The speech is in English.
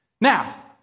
Now